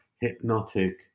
hypnotic